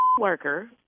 worker